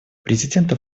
президента